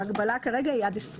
ההגבלה כרגע היא עד 20